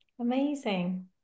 Amazing